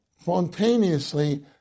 spontaneously